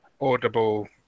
audible